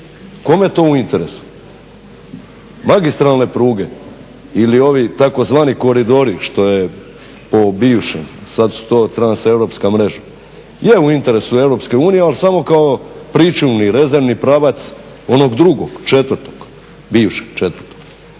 kome je to u interesu? Magistralne pruge ili ovi tzv. koridori što je po bivšem, to su sad transeuropska mreža. Je u interesu Europske unije ali samo kao pričuvni, rezervni pravac onog drugog četvrtog, bivšeg četvrtog.